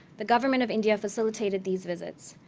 the government of india facilitated these visits.